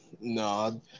No